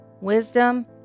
wisdom